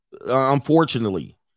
unfortunately